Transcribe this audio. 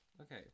Okay